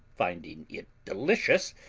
finding it delicious,